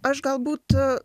aš galbūt